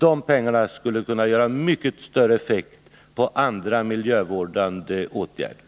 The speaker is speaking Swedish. De pengarna skulle kunna få mycket större effekter för andra miljövårdande åtgärder.